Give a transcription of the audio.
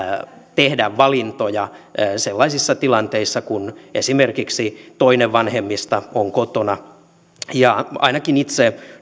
tehdä valintoja sellaisissa tilanteissa kun esimerkiksi toinen vanhemmista on kotona ainakin itse